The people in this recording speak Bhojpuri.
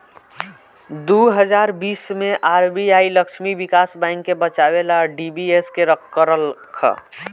दू हज़ार बीस मे आर.बी.आई लक्ष्मी विकास बैंक के बचावे ला डी.बी.एस.के करलख